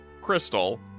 Crystal